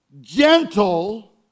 gentle